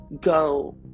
go